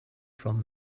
from